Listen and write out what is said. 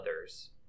others